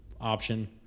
option